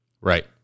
Right